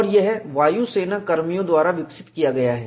और यह वायुसेना कर्मियों द्वारा विकसित किया गया है